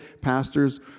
pastors